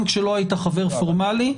גם כשלא היית חבר פורמלי.